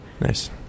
nice